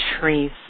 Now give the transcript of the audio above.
trees